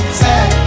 sad